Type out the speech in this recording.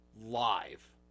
live